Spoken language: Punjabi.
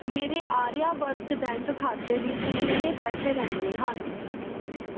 ਮੇਰੇ ਆਰਿਆਵਰਤ ਬੈਂਕ ਖਾਤੇ ਵਿੱਚ ਕਿੰਨੇ ਪੈਸੇ ਰਹਿੰਦੇ ਹਨ